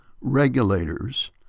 regulators